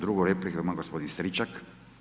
Drugu repliku ima gospodin Stričak.